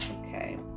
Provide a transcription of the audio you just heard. Okay